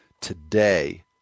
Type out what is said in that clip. today